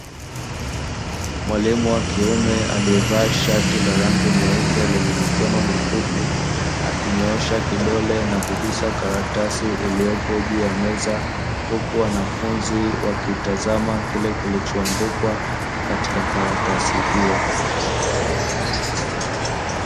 Mwalimu wa kiume aliyevaa shati la rangi nyeupe lenye mikono mifupi akinyoosha kidole na kugusa karatasi iliyopo juu ya meza huku wanafunzi wakitazama kile kilichoandikwa katika karatasi hiyo.